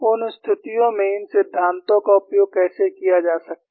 उन स्थितियों में इन सिद्धांतों का उपयोग कैसे किया जा सकता है